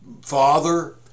father